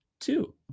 two